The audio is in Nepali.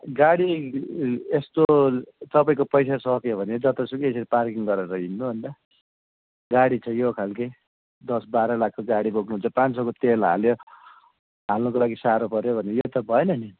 गाडी यस्तो तपाईँको पैसा सकियो भने जतासुकै यसरी पार्किङ गरेर हिँड्नु अन्त गाडी त यो खालके दस बाह्र लाखको गाडी बोक्नुहुन्छ पाँच सौको तेल हाल्यो हाल्नुको लागि साह्रो पऱ्यो भन्ने यो त भएन नि